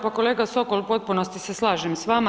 Pa kolega Sokol, u potpunosti se slažem s vama.